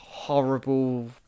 horrible